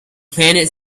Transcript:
planet